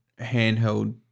handheld